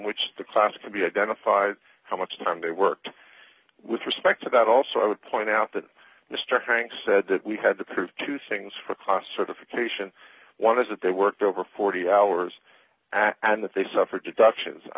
which the class can be identified how much time they worked with respect to that also i would point out that mr hanks said that we had to prove two things for class certification one is that they work over forty hours and that they suffer deductions i